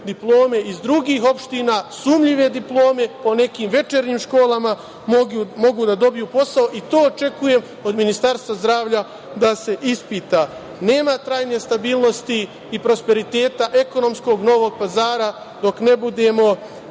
diplome iz drugih opština, sumnjive diplome u nekim večernjim školama mogu da dobiju posao i to očekujem od Ministarstva zdravlja da se ispita. Nema krajnje stabilnosti i prosperiteta ekonomskog Novog Pazara dok ne budemo